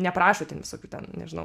neprašo ten visokių ten nežinau